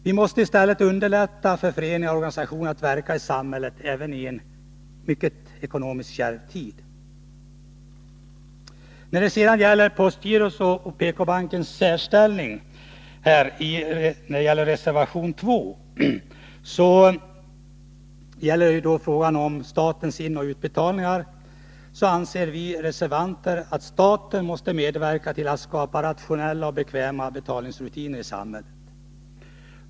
Vi måste i stället underlätta för föreningar och organisationer att verka i samhället även i en ekonomiskt mycket kärv tid. När det sedan gäller postgirots och PK-bankens särställning, som berörs i reservation 2, i fråga om statens inoch utbetalningar anser vi reservanter att staten måste medverka till att skapa rationella och bekväma betalningsrutiner i samhället.